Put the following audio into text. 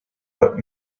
but